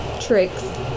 Tricks